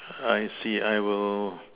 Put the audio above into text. I see I will